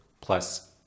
Plus